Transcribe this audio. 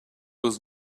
was